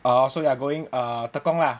oh so you are going uh tekong lah